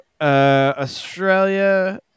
Australia